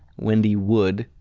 wendy wood.